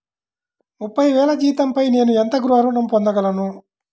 ముప్పై వేల జీతంపై నేను ఎంత గృహ ఋణం పొందగలను?